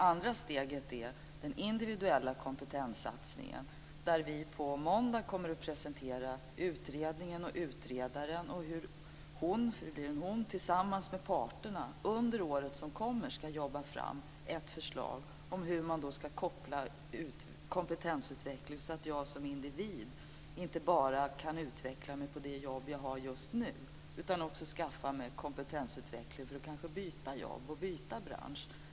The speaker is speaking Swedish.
Andra steget är den individuella kompetenssatsningen, där vi på måndag kommer att presentera utredningen och utredaren och hur hon, för det blir en hon, tillsammans med parterna under året som kommer ska jobba fram ett förslag om hur man ska koppla kompetensutveckling så att jag som individ inte bara kan utveckla mig på det jobb jag har just nu, utan också skaffa mig kompetensutveckling för att kanske byta jobb och byta bransch.